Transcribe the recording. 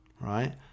right